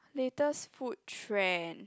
latest food trend